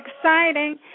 exciting